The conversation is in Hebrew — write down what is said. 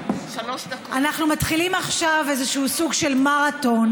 אנחנו מתחילים עכשיו איזשהו סוג של מרתון,